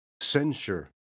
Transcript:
censure